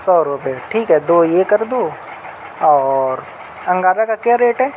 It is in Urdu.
سو روپے ٹھیک ہے دو یہ کر دو اور انگارا کا کیا ریٹ ہے